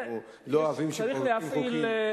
אנחנו לא אוהבים שקובעים חוקים,